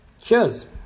cheers